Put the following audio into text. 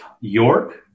York